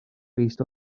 based